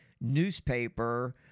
newspaper